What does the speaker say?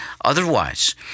otherwise